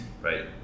right